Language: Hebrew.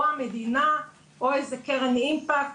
או המדינה או איזה קרן אימפקט,